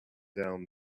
down